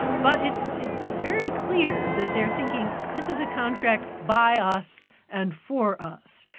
but it's it's very clear that they're thinking, this is a contract by us and for us.